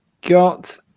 got